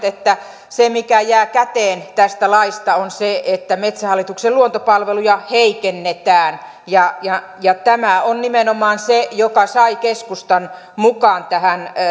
että se mikä jää käteen tästä laista on se että metsähallituksen luontopalveluja heikennetään ja ja tämä on nimenomaan se joka sai keskustan mukaan tähän